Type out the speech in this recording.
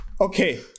Okay